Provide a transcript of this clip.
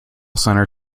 center